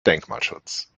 denkmalschutz